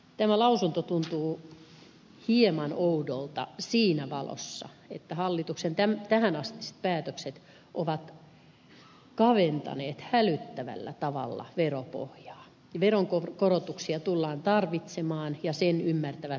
tämä lausunto tuntuu hieman oudolta siinä valossa että hallituksen tähänastiset päätökset ovat kaventaneet hälyttävällä tavalla veropohjaa ja veronkorotuksia tullaan tarvitsemaan ja sen ymmärtävät kaikki